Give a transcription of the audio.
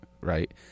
right